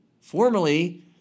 formerly